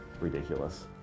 ridiculous